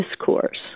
discourse